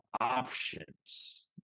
options